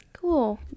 Cool